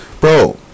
Bro